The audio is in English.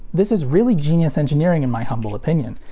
this is really genius engineering in my humble opinion.